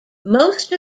most